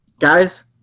Guys